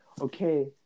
Okay